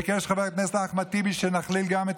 ביקש חבר הכנסת אחמד טיבי שנכליל גם את